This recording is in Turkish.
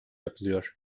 yapılıyor